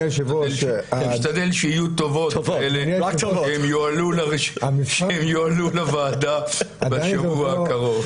שנשתדל שיהיו טובות והן יועלו לוועדה בשבוע הקרוב.